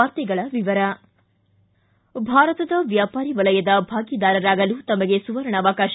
ವಾರ್ತೆಗಳ ವಿವರ ಭಾರತದ ವ್ಯಾಪಾರಿ ವಲಯದ ಭಾಗಿದಾರರಾಗಲು ತಮಗೆ ಸುವರ್ಣಾವಕಾಶ